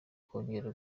kongera